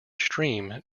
stream